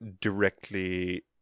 directly